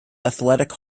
athletic